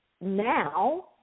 now